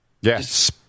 yes